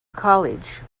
college